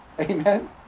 Amen